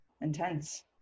intense